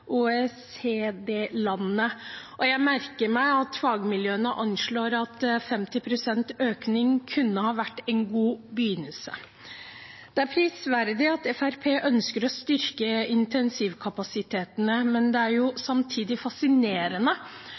og jeg merker meg at fagmiljøene anslår at 50 pst. økning kunne vært en god begynnelse. Det er prisverdig at Fremskrittspartiet ønsker å styrke intensivkapasiteten, men det er samtidig